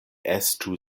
estu